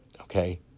Okay